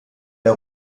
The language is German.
der